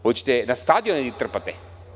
Hoćete na stadione da ih strpate?